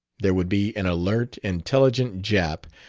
there would be an alert, intelligent jap,